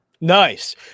Nice